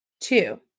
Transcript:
two